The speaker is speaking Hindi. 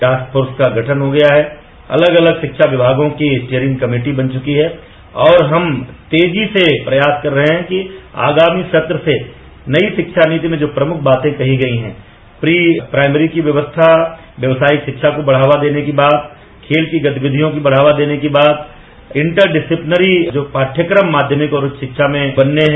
टास्के फोर्स का गठन हो गया है अलग अलग शिक्षा विभागों की चेयरिंग कमेटी बन चुकी है और हम तेजी से प्रयास करे रहे हैं कि आगामी सत्र से नई शिक्षा नीति में जो प्रमुख बातें कही गई हैं प्री प्राइमरी की व्यवस्था व्यवसायिक शिक्षा को बढ़ावा देने की बात खेल की गतिविषियों को बढ़ावा देने की बात इंटर विसिस्लिनरी जो पाठ्यक्रम माध्यमिक और उच्च शिक्षा में बनने हैं